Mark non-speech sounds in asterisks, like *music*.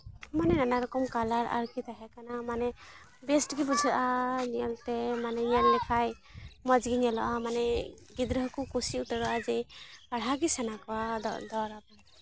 ᱢᱟᱱᱮ ᱱᱟᱱᱟ ᱨᱚᱠᱚᱢ ᱠᱟᱞᱟᱨ ᱟᱨᱠᱤ ᱛᱟᱦᱮᱸ ᱠᱟᱱᱟ ᱢᱟᱱᱮ ᱵᱮᱥᱜᱮ ᱵᱩᱡᱷᱟᱹᱜᱼᱟ ᱧᱮᱞᱛᱮ ᱢᱟᱱᱮ ᱧᱮᱞ ᱞᱮᱠᱷᱟᱡ ᱢᱚᱡᱽ ᱜᱮ ᱧᱮᱞᱚᱜᱼᱟ ᱢᱟᱱᱮ ᱜᱤᱫᱽᱨᱟᱹ ᱦᱚᱸᱠᱚ ᱠᱩᱥᱤ ᱩᱛᱟᱹᱨᱚᱜᱼᱟ ᱡᱮ ᱯᱟᱲᱦᱟᱜ ᱜᱮ ᱥᱟᱱᱟ ᱠᱚᱣᱟ *unintelligible*